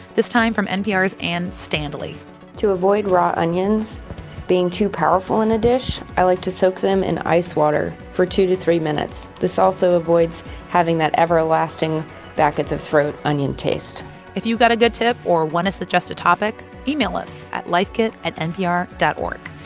this time from npr's anne standley to avoid raw onions being too powerful in a dish, i like to soak them in ice water for two to three minutes. this also avoids having that everlasting back-at-the-throat onion taste if you got a good tip or want to suggest topic, email us at lifekit at npr dot o